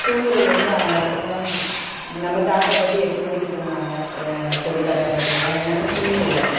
தூங்கிறது வந்து அந்த காலத்தில் நம்ம தாத்தா பாட்டி எட்டு மணிக்கு தூங்கினாங்க கொள்ளு தாத்தா பாட்டியெல்லாம் என்னென்னால் சிமினி விளக்கு